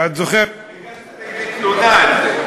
ואת זוכרת הגשת נגדי תלונה על זה.